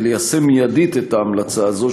ליישם מיידית את ההמלצה הזאת,